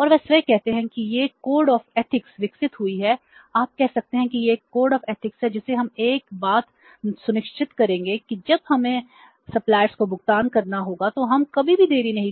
और वे स्वयं कहते हैं कि यह कोड ऑफ एथिक्स हमें आपूर्ति नहीं